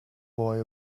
boy